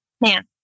man